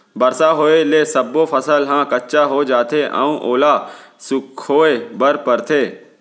बरसा होए ले सब्बो फसल ह कच्चा हो जाथे अउ ओला सुखोए बर परथे